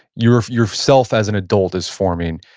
your your self as an adult is forming.